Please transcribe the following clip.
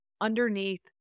underneath